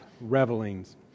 revelings